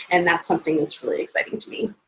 and that's something that's really exciting to me.